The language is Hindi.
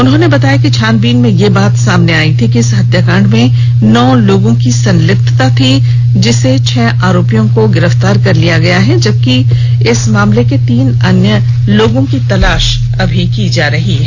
उन्होंने बताया कि छानबीन में यह बात सामने आयी कि इस हत्याकांड में नौ लोगों की संलिप्तता थी जिसें से छह आरोपियों को गिरफ़तार कर लिया गया है जबकि तीन अन्य लोगों की तलाश जारी है